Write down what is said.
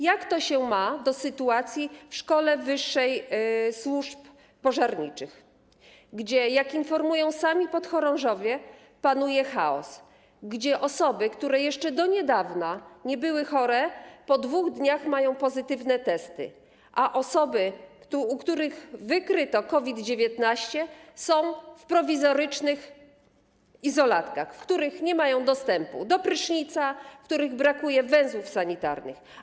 Jak to się ma do sytuacji w szkole wyższej służb pożarniczych, gdzie panuje chaos, jak informują sami podchorążowie, gdzie osoby, które jeszcze do niedawna nie były chore, po 2 dniach mają pozytywne testy, a osoby, u których wykryto COVID-19, są w prowizorycznych izolatkach, w których nie mają dostępu do prysznica, w których brakuje węzłów sanitarnych?